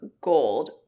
gold